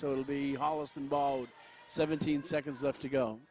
so it'll be holliston ball seventeen seconds left to go